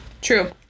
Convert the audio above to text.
true